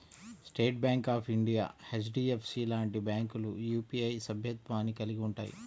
state Bank of India, HDFC లాంటి బ్యాంకులు UPI సభ్యత్వాన్ని కలిగి ఉంటయ్యి